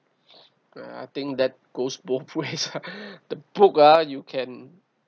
uh I think that goes both ways the book ah you can